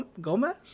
Gomez